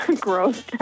gross